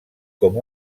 com